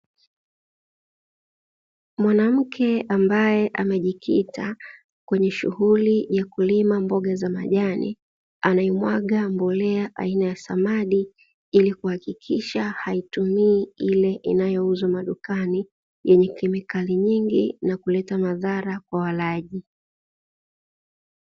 Mwanamke ambaye amejikita kwenye shughuli ya kulima mboga za majani anaimwaga mbolea aina ya samadi, ili kuhakikisha haitumii ile inayouzwa madukani yenye kemikali nyingi na kuleta madhara kwa walaji.